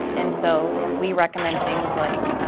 um and so we recommend things like